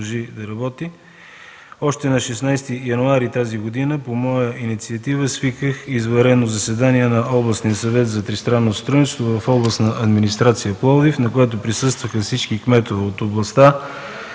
още на 16 януари тази година по моя инициатива свиках извънредно заседание на Областния съвет за тристранно сътрудничество в Областната администрация – Пловдив, на която присъстваха всички кметове от областта,